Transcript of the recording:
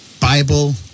Bible